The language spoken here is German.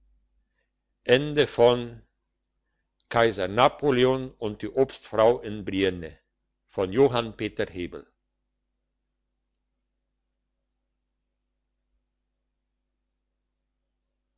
kaiser napoleon und die obstfrau in brienne der